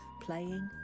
playing